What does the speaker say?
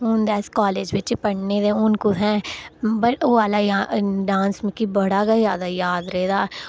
हून ते अस कॉलेज बिच पढ़ने ते हून कुत्थै बट ओह् आह्ला डांस मिगी बड़ा गै ज्यादा याद रेह् दा